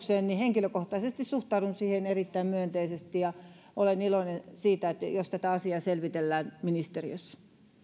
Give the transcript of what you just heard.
henkilökohtaisesti suhtaudun siihen erittäin myönteisesti ja olen iloinen siitä jos tätä asiaa selvitellään ministeriössä